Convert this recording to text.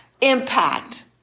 impact